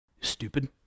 Stupid